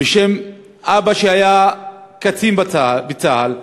בשם אבא שהיה קצין בצה"ל,